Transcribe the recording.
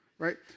Right